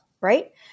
right